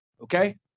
Okay